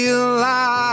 alive